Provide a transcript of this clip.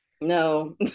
no